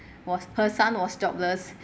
was her son was jobless